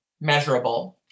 measurable